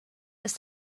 ist